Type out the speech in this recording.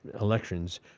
elections